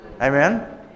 amen